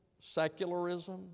secularism